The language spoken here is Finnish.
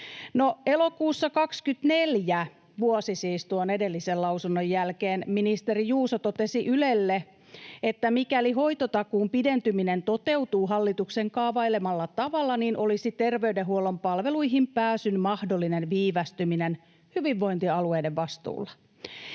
elokuussa 24, siis vuosi tuon edellisen lausunnon jälkeen, ministeri Juuso totesi Ylelle, että mikäli hoitotakuun pidentyminen toteutuu hallituksen kaavailemalla tavalla, olisi terveydenhuollon palveluihin pääsyn mahdollinen viivästyminen hyvinvointialueiden vastuulla.